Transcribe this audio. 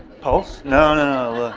pulse. no, no,